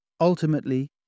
Ultimately